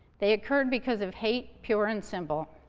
they occurred because of hate, pure and simple.